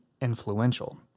influential